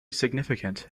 significant